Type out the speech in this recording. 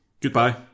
goodbye